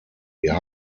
wir